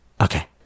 Okay